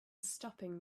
stopping